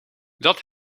dat